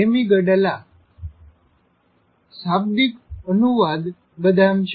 amygdala શાબ્દિક અનુવાદ બદામ છે